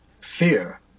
fear